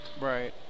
Right